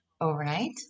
overnight